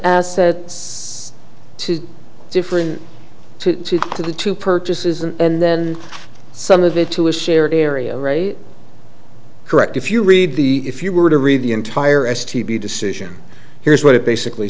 assets to different to the two purchases and then some of it to a share area right correct if you read the if you were to read the entire s t b decision here's what it basically